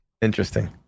Interesting